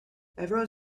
everyone